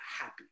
happy